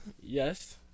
Yes